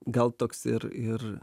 gal toks ir ir